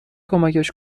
کمکش